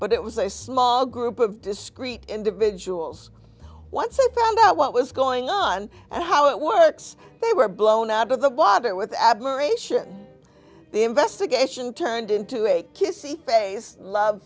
but it was a small group of discrete individuals once it found out what was going on and how it works they were blown out of the water with admiration the investigation turned into a kissy face love